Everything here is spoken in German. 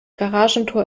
garagentor